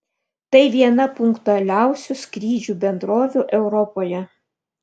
tai viena punktualiausių skrydžių bendrovių europoje